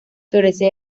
florece